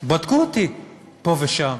בדקו אותי פה ושם.